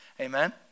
amen